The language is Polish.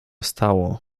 stało